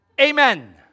Amen